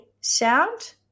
sound